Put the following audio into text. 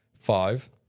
five